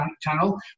Channel